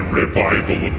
revival